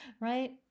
right